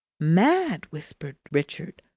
mad! whispered richard,